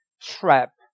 trap